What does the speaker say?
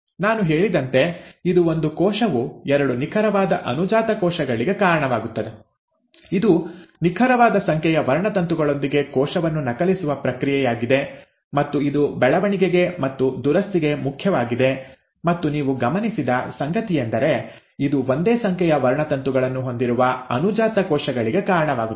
ನಾನು ಹೇಳಿದಂತೆ ಇದು ಒಂದು ಕೋಶವು ಎರಡು ನಿಖರವಾದ ಅನುಜಾತ ಕೋಶಗಳಿಗೆ ಕಾರಣವಾಗುತ್ತದೆ ಇದು ನಿಖರವಾದ ಸಂಖ್ಯೆಯ ವರ್ಣತಂತುಗಳೊಂದಿಗೆ ಕೋಶವನ್ನು ನಕಲಿಸುವ ಪ್ರಕ್ರಿಯೆಯಾಗಿದೆ ಮತ್ತು ಇದು ಬೆಳವಣಿಗೆಗೆ ಮತ್ತು ದುರಸ್ತಿಗೆ ಮುಖ್ಯವಾಗಿದೆ ಮತ್ತು ನೀವು ಗಮನಿಸಿದ ಸಂಗತಿಯೆಂದರೆ ಇದು ಒಂದೇ ಸಂಖ್ಯೆಯ ವರ್ಣತಂತುಗಳನ್ನು ಹೊಂದಿರುವ ಅನುಜಾತ ಕೋಶಗಳಿಗೆ ಕಾರಣವಾಗುತ್ತದೆ